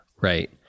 Right